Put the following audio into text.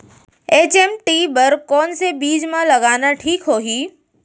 HMT बर कौन से बीज मा लगाना ठीक होही?